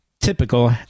typical